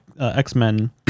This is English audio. X-Men